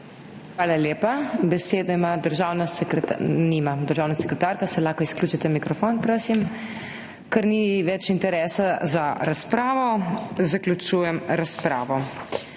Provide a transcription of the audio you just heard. Hvala lepa. Besedo ima državna sekretarka … Aha, je nima. Lahko izključite mikrofon, prosim? Ker ni več interesa za razpravo, zaključujem razpravo.